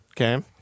Okay